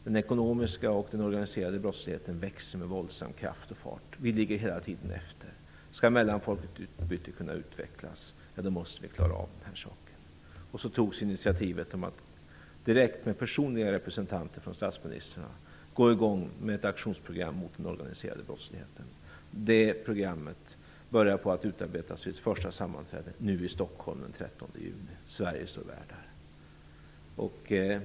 Den ekonomiska och den organiserade brottsligheten växer med våldsam kraft och fart. Vi ligger hela tiden efter. Skall mellanfolkligt utbyte kunna utvecklas måste vi klara av den här saken. Så togs initiativet att direkt med personliga representanter från statsministrarna få igång ett aktionsprogram mot den organiserade brottsligheten. Utarbetandet av det programmet börjar nu vid ett första sammanträde i Stockholm den 13 juni där Sverige står värd.